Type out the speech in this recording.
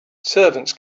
servants